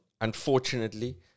unfortunately